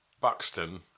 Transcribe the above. Buxton